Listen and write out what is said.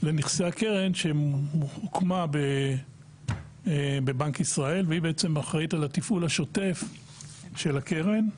לנכסי הקרן שהוקמה בבנק ישראל והיא אחראית על התפעול השוטף של הקרן.